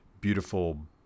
beautiful